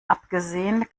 abgesehen